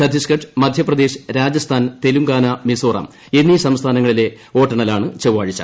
ഛത്തീസ്ഗഡ് മധ്യപ്രദേശ് രാജസ്ഥാൻ തെലങ്കാന മിസോറാം എന്നീ സംസ്ഥാനങ്ങളിലെ വോട്ടെണ്ണലാണ് ചൊവ്വാഴ്ച